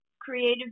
creative